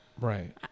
Right